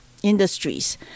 industries